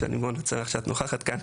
שאני מאוד שמח שאת נוכחת כאן.